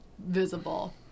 visible